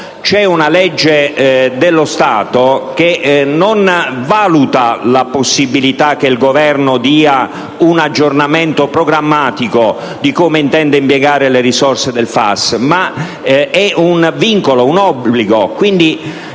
c'è una legge dello Stato che non valuta la possibilità che il Governo dia un aggiornamento programmatico di come intende impiegare le risorse del FAS, ma vincola, obbliga